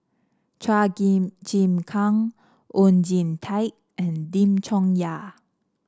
Chua Chim Kang Oon Jin Teik and Lim Chong Yah